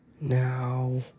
Now